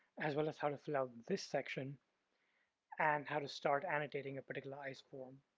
as well as how to fill out this section and how to start annotating a particular isoform.